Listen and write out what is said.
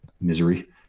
misery